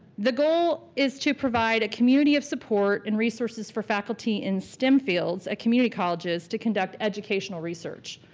the goal is to provide a community of support and resources for faculty and stem fields at community colleges to conduct educational research.